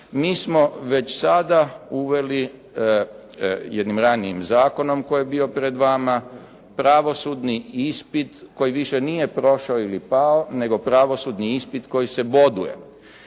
MI smo već sada uveli, jednim ranijim Zakonom koji je bio pred vama, pravosudni ispit, koji više nije prošla ili pao nego pravosudni ispit koji se boduje.